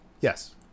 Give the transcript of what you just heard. yes